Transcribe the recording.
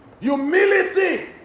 Humility